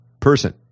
person